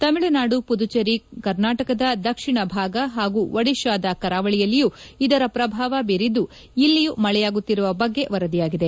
ತಮಿಳುನಾದು ಪುದುಚೆರಿ ಕರ್ನಾಟಕದ ದಕ್ಷಿಣ ಭಾಗ ಹಾಗೂ ಒದಿಶಾದ ಕರಾವಳಿಯಲ್ಲಿಯೂ ಇದರ ಪ್ರಭಾವ ಬೀರಿದ್ದು ಇಲ್ಲಿಯೂ ಮಳೆಯಾಗುತ್ತಿರುವ ಬಗ್ಗೆ ವರದಿಯಾಗಿದೆ